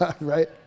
Right